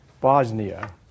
Bosnia